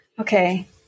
okay